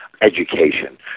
education